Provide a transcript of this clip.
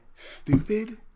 Stupid